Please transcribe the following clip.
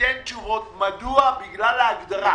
ייתן תשובות מדוע בגלל ההגדרה,